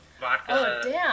vodka